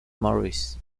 morris